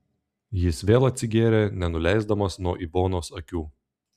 jis vėl atsigėrė nenuleisdamas nuo ivonos akių